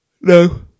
No